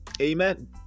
amen